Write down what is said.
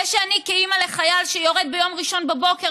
זה שאני כאימא לחייל שיורד ביום ראשון בבוקר